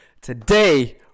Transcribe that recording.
Today